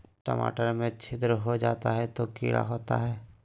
टमाटर में छिद्र जो होता है किडा होता है?